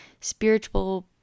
spiritual